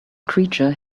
creature